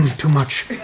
too much,